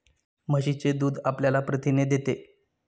म्हशीचे दूध आपल्याला प्रथिने देते